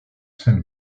saint